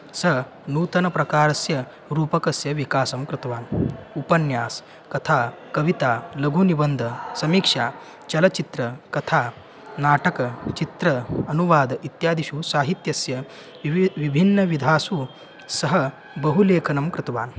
सः नूतनप्रकारस्य रूपकस्य विकासं कृतवान् उपन्यासः कथा कविता लघुनिबन्धः समीक्षा चलच्चित्रं कथा नाटकं चित्रं अनुवादः इत्यादिषु साहित्यस्य विभिन्नं विभिन्नविधासु सः बहु लेखनं कृतवान्